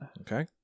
Okay